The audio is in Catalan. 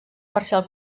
parcial